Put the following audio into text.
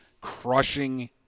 crushing